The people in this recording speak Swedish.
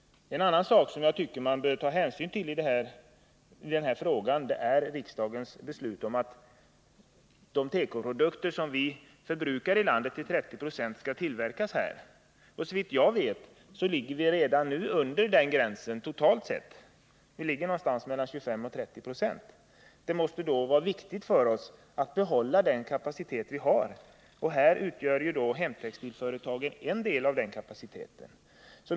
En annan sak som jag tycker att man bör ta hänsyn till är riksdagens beslut att de tekoprodukter som vi förbrukar i landet till 30 96 skall tillverkas här. Såvitt jag vet befinner vi oss redan nu under den gränsen totalt sett, närmare bestämt vid 25-30 96. Det måste då vara viktigt att behålla den kapacitet som vi har. Och hemtextilföretagen utgör en del av den kapaciteten.